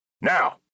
now